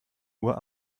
uhr